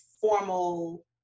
formal